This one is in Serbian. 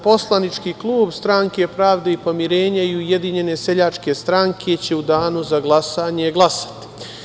Poslanički klub Stranke pravde i pomirenja i Ujedinjene seljačke stranke će u danu za glasanje glasati.